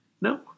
No